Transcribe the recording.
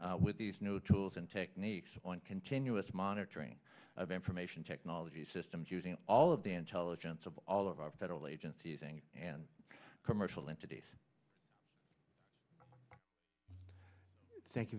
spent with these new tools and techniques on continuous monitoring of information technology systems using all of the intelligence of all of our federal agencies and and commercial entities thank you